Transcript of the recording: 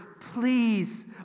please